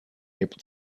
able